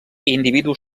individu